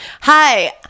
hi